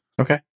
Okay